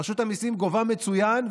רשות המיסים גובה מצוין,